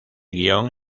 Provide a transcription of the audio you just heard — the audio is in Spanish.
guion